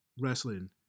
wrestling